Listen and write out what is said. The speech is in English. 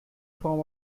form